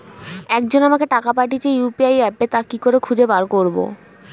একজন আমাকে টাকা পাঠিয়েছে ইউ.পি.আই অ্যাপে তা কি করে খুঁজে বার করব?